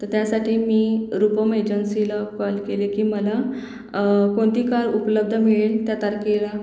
तंर त्यासाठी मी रूपम एजन्सीला कॉल केले की मला कोणती कार उपलब्ध मिळेल त्या तारखेला